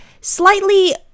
slightly